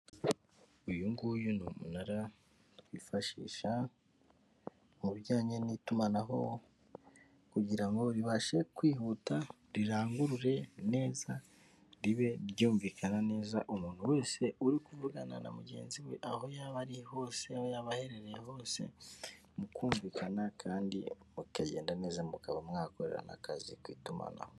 Uyu nguyu ni umunara wifashisha mu bijyanye n'itumanaho kugira ngo ribashe kwihuta rirangurure neza ribe ryumvikana neza umuntu wese uri kuvugana na mugenzi we aho yaba ari hose aho yabaherereye hose mu kumvikana kandi mutagenda neza mu mukaba mwakorana akazi k ku itumanaho.